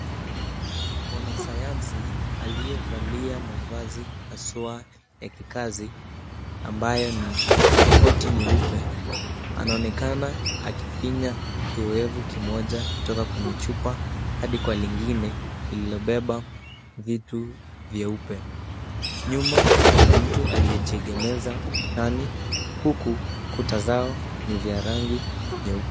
Mwanasayansi aliyevalia mavazi haswa ya kikazi ambayo ni koti nyeupe anaonekana akifinya kiowevu kimoja kutoka kwenye chupa hadi kwa lingine lililobeba vitu vyeupe. Nyuma kuna mtu alijiegemeza ukutani ,huku kuta zao ni vya rangi nyeupe.